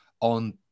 on